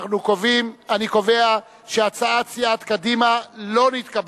אני קובע שהצעת סיעת קדימה לא נתקבלה.